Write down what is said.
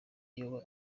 yoba